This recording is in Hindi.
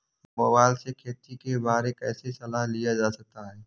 मोबाइल से खेती के बारे कैसे सलाह लिया जा सकता है?